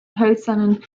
hölzernen